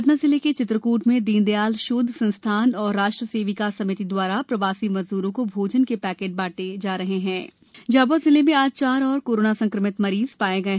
सतना जिले के चित्रक्ट में दीनदयाल शोध संस्थान एवं राष्ट्र सेविका समिति दवारा प्रवासी मजदूरों को भोजन के पैकेट बांटे जा रहे हैं झाब्आ जिले में आज चार और कोरोना संक्रमित मरीज पाए गये